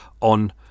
on